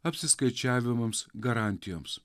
apsiskaičiavimams garantijoms